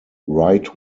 right